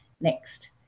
Next